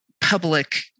public